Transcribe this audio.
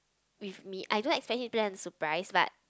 with me I don't expect him to plan a surprise but